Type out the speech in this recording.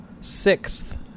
sixth